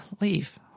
leave